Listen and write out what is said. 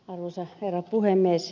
arvoisa herra puhemies